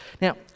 Now